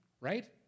right